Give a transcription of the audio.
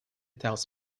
tells